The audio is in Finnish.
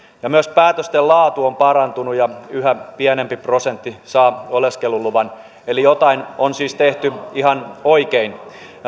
myös päätösten laatu on parantunut ja yhä pienempi prosentti saa oleskeluluvan eli jotain on siis tehty ihan oikein